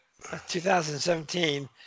2017